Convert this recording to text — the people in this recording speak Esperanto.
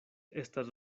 estas